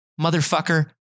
Motherfucker